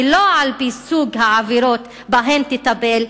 ולא על-פי סוג העבירות שבהן תטפל,